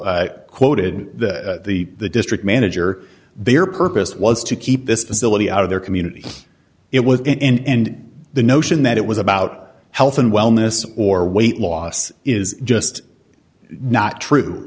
quoted the district manager their purpose was to keep this facility out of their community it was and the notion that it was about health and wellness or weight loss is just not true